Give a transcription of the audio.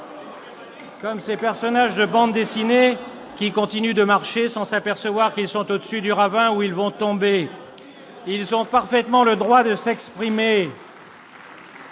comme ces personnages de bandes dessinées qui continuent de marcher sans s'apercevoir qu'ils sont déjà au-dessus du vide et qu'ils vont tomber dans le ravin. ( Ils ont parfaitement le droit de s'exprimer.